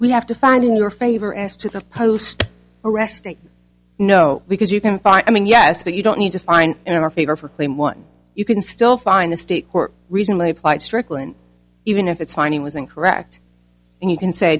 we have to find in your favor as to the post arrest no because you can find i mean yes but you don't need to find in our favor for claim one you can still find the state court recently applied strickland even if it's finding was incorrect and you can say